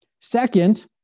Second